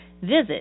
Visit